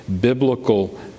biblical